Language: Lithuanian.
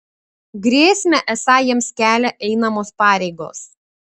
grėsmę esą jiems kelia einamos pareigos